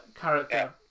character